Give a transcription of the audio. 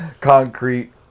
concrete